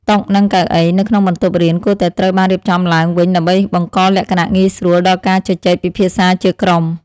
តុនិងកៅអីនៅក្នុងបន្ទប់រៀនគួរតែត្រូវបានរៀបចំឡើងវិញដើម្បីបង្កលក្ខណៈងាយស្រួលដល់ការជជែកពិភាក្សាជាក្រុម។